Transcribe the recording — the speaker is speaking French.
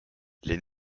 les